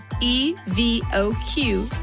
E-V-O-Q